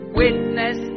witness